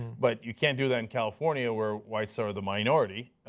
but you can't do that in california where whites ah of the minority.